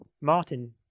Martin